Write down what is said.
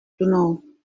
know